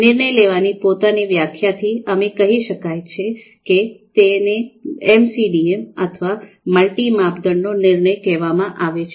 નિર્ણય લેવાની પોતાની વ્યાખ્યાથી એમ કહી શકાય છે કે તેને એમસીડીએમ અથવા મલ્ટિ માપદંડનો નિર્ણય કહેવામાં આવે છે